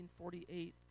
1948